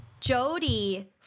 jody